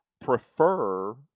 prefer